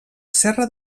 serra